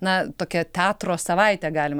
na tokia teatro savaitę galima